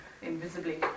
Invisibly